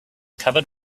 covered